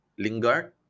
Lingard